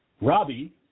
Robbie